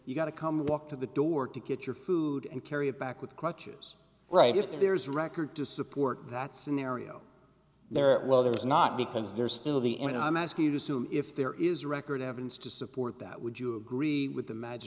you've got to come walk to the door to get your food and carry it back with crutches right if there's a record to support that scenario there well there's not because there's still the in i'm asking you to assume if there is record evidence to support that would you agree with the magi